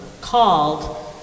called